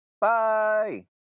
bye